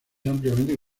ampliamente